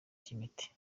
cy’imiti